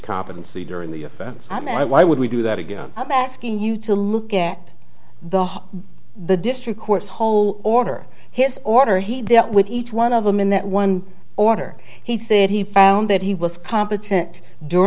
competency during the offense and i why would we do that again i'm asking you to look at the the district court's whole order his order he dealt with each one of them in that one order he said he found that he was competent d